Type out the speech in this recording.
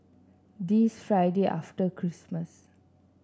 the Friday after Christmas